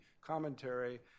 commentary